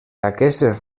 aquestes